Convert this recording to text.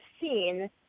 seen